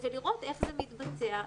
ולראות איך זה מתבצע.